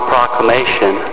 Proclamation